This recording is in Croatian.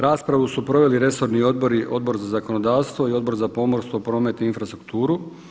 Raspravu su proveli resorni odbori Odbor za zakonodavstvo i Odbor za pomorstvo, promet i infrastrukturu.